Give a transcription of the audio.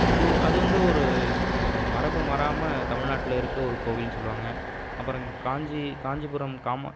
அது அது வந்து ஒரு மரபு மாறாமல் தமிழ்நாட்டில் இருக்கற ஒரு கோவில்னு சொல்லுவாங்கள் அப்புறம் காஞ்சி காஞ்சிபுரம் காமா